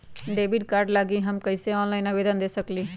Debit card लागी हम कईसे ऑनलाइन आवेदन दे सकलि ह?